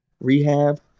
Rehab